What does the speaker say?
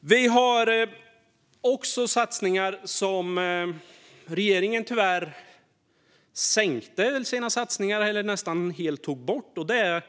Vi har också satsningar på områden där regeringen tyvärr sänkte eller nästan helt tog bort sina satsningar.